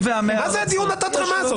מה זה הדיון התת-רמה הזה?